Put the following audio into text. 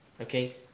Okay